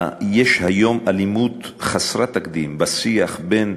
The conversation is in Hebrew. יש היום אלימות חסרת תקדים בשיח בין